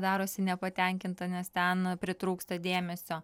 darosi nepatenkinta nes ten pritrūksta dėmesio